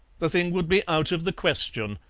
the thing would be out of the question.